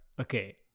Okay